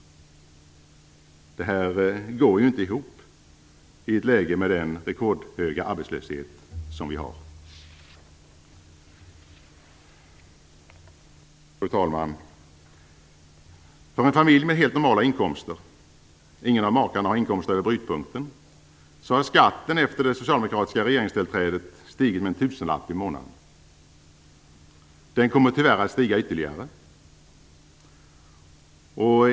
Det här går ju inte ihop i ett läge med den rekordhöga arbetslöshet som vi har. Fru talman! För en familj med helt normala inkomster - ingen av makarna har inkomster över brytpunkten - har skatten efter det socialdemokratiska regeringstillträdet stigit med en tusenlapp i månaden. Den kommer tyvärr att stiga ytterligare.